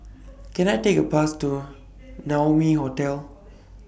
Can I Take A Bus to Naumi Hotel